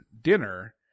dinner